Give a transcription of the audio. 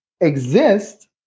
exist